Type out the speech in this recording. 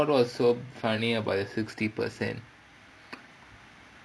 so what what's so funny about that sixty percent